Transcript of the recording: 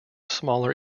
smaller